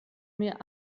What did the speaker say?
mir